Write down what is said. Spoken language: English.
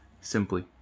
simply